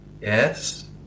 Yes